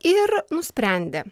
ir nusprendė